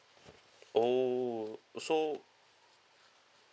oh so